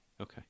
Okay